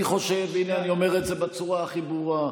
אני חושב, הינה, אני אומר את זה בצורה הכי ברורה,